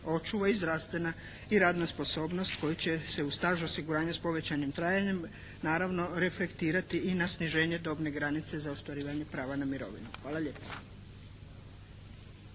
očuva i zdravstvena i radna sposobnost koja će se u staž osiguranja s povećanim trajanjem naravno reflektirati i na sniženje dobne granice za ostvarivanje prava na mirovinu. Hvala lijepa.